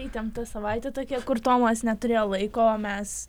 įtempta savaitė tokia kur tomas neturėjo laiko mes